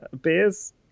beers